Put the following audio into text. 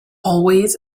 always